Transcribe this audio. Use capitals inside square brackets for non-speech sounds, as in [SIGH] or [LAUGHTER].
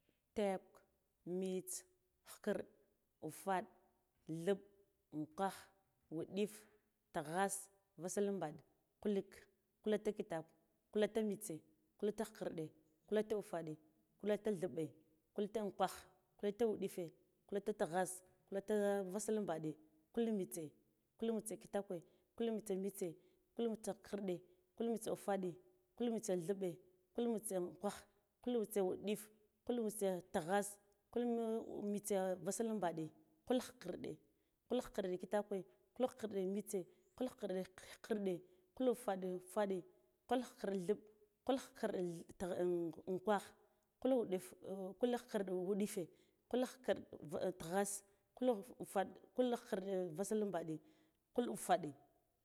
Tekw, mits khikirɗ uffarɗ ɗhilb ukhan wuɗif taghas vaslam baɗ kulukh kulata kitakw kulata mitse kulata khikirɗe kulata uffaɗe kulata dɦilɓe kulata ukhan kukta wuɗife kulata laghese kulata vaslambaɗe kul mitse kulmitse kitakwe kulmitse mitse kultratse khikirɗe kul nutse uffaɗe kulnitse dhilɓe kul mitse ukha kul mitse wudif kul mitse taghas kulmitse [HESITATION] vas lambaɗe kul khikirɗe kul khikirɗe kitakwe kul khikirɗe mitse kul khiriɗe khikirɗe kul uffaɗe uffaɗe kul khikirɗe dhilb kul khikirɗe [HESITATION] ut unkwagh kul wuɗif [HESITATION] kul khikirɗe wudife kul khikirɗ [HESITATION] taghas kul wu [HESITATION] wuɗafa kul khikirde vaslam baɗe kal ufede.